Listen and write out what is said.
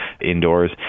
indoors